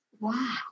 Wow